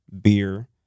beer